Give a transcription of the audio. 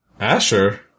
Asher